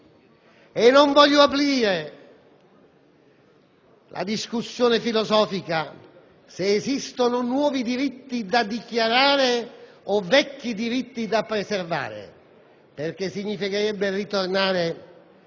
(e non voglio aprire una discussione filosofica se esistano nuovi diritti da dichiarare o vecchi diritti da preservare, perché significherebbe ritornare